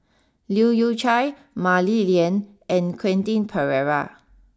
Leu Yew Chye Mah Li Lian and Quentin Pereira